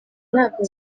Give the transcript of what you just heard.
ntabwo